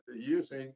using